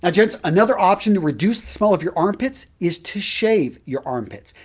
ah gents, another option to reduce the smell of your armpits is to shave your armpits.